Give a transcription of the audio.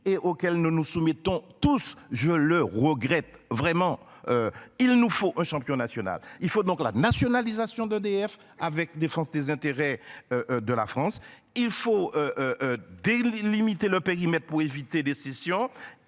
et auquel nous nous soumettons tous je le regrette vraiment. Il nous faut un champion national. Il faut donc la nationalisation d'EDF avec défense des intérêts. De la France il faut. Des l'illimité le pays mais pour éviter des sessions